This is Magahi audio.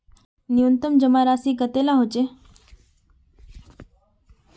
न्यूनतम जमा राशि कतेला होचे?